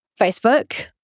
Facebook